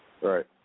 Right